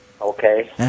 Okay